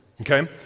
okay